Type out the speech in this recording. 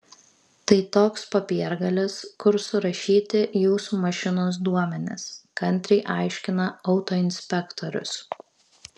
tai toks popiergalis kur surašyti jūsų mašinos duomenys kantriai aiškina autoinspektorius